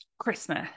christmas